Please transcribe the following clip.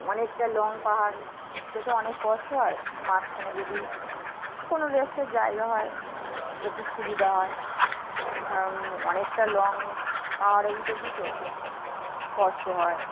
অনেকটা লং পাহাড় উঠতে তো অনেক কষ্ট হয় মাঝখানে যদি কোনো রেস্টের জায়গা হয় একটু সুবিধা হয় কারণ অনেকটা লং পাহাড়ে উঠেছি তো কষ্ট হয়